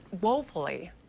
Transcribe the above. woefully